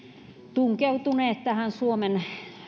tunkeutuneet suomen